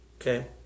okay